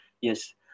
Yes